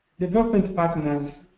development partners,